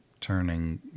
turning